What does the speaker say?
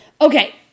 Okay